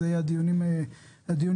זה יהיה בדיונים הבאים.